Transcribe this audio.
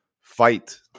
fight